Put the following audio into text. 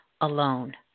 alone